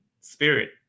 spirit